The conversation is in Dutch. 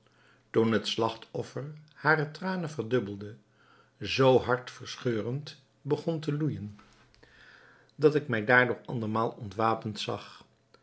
toen het slagtoffer hare tranen verdubbelende zoo hartverscheurend begon te loeijen dat ik mij daardoor andermaal ontwapend zag